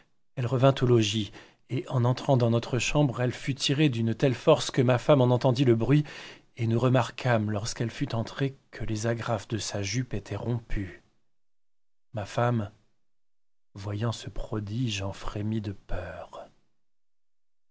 elle revint au logis et en entrant dans notre chambre elle fut tirée d'une telle force que ma femme en entendit le bruit et nous remarquâmes lorsqu'elle fut entrée que les agraffes de sa juppe étaient rompues ma femme voyant ce prodige en frémit de peur